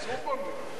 אסור במליאה.